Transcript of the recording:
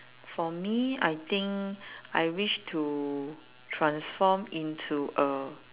for me I think I wish to transform into a